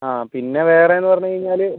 ആ പിന്നെ വേറെ എന്ന് പറഞ്ഞ് കഴിഞ്ഞാൽ